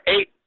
eight